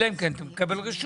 אלא אם כן אתה מקבל רשות.